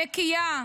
נקייה,